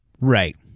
Right